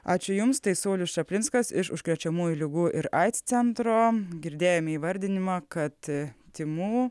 ačiū jums tai saulius čaplinskas iš užkrečiamųjų ligų ir aids centro girdėjome įvardinimą kad tymų